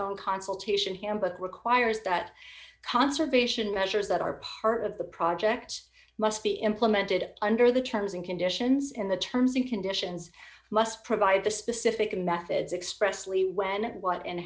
own consultation handbook requires that conservation measures that are part of the project must be implemented under the terms and conditions in the terms and conditions must provide the specific methods expressly when what and